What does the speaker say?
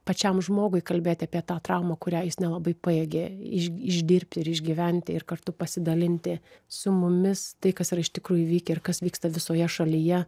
pačiam žmogui kalbėti apie tą traumą kurią jis nelabai pajėgė išdirbti ir išgyventi ir kartu pasidalinti su mumis tai kas yra iš tikrųjų įvykę ir kas vyksta visoje šalyje